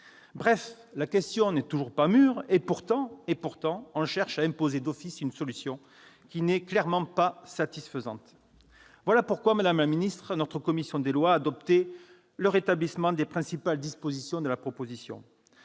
Bref, la question n'est toujours pas mûre, et pourtant on cherche à imposer d'office une solution qui n'est clairement pas satisfaisante. Voilà pourquoi, madame la ministre, la commission des lois a voté le rétablissement des principales dispositions de la proposition